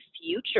future